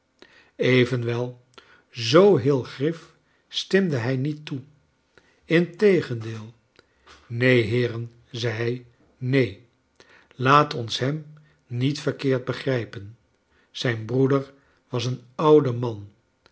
evenwel zoo heel grif stemde hij niet toe integendeel neen heeren zei hij neen laat ons hem niet verkeerd begrijpen zijn broeder was een oude man